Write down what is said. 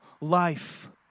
life